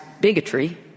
bigotry